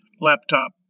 laptop